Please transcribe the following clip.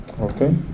Okay